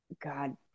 God